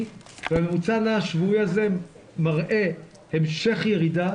והממוצע הנע השבועי הזה מראה המשך ירידה,